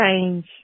change